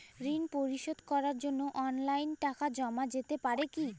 ঋন পরিশোধ করার জন্য অনলাইন টাকা জমা করা যেতে পারে কি?